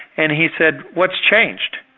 and he said what's changed?